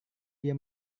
dia